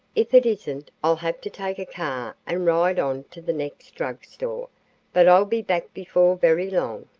if it isn't i'll have to take a car and ride on to the next drug store but i'll be back before very long.